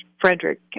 Frederick